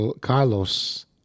Carlos